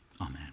Amen